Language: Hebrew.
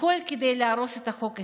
הכול כדי להרוס את החוק הישראלי.